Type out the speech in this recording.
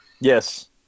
Yes